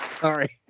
Sorry